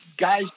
guys